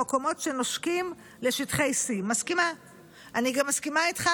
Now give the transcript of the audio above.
במקומות שנושקים לשטחי C. אני גם מסכימה איתך,